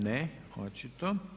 Ne, očito.